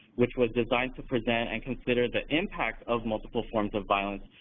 which was designed to present and consider the impacts of multiple forms of violence,